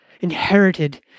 inherited